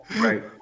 Right